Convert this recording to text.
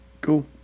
Cool